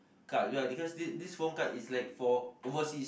card ya because this this phone card is like for overseas